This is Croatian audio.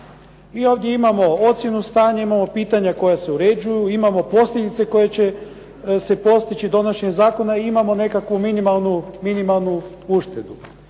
Mi ovdje imamo ocjenu stanja, imamo pitanja koja se uređuju, imamo posljedice koje će se postići donošenjem zakona i imamo nekakvu minimalnu uštedu.